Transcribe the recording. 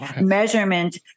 measurement